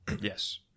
Yes